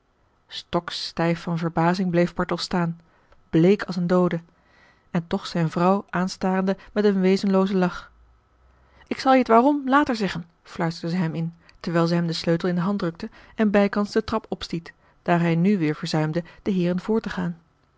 stokstijf van verbazing bleef bartels staan bleek als een doode en toch zijne vrouw aanstarende met een wezenloozen lach ik zal je het waarom later zeggen fluisterde zij hem in terwijl zij hem den sleutel in de hand drukte en bijkans de trap opstiet daar hij nu weêr verzuimde den heeren voor te gaan